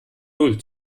null